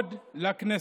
אין נמנעים.